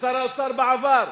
ושר האוצר בעבר.